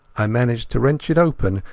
i managed to wrench it open,